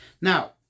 Now